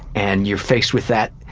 and you're faced with that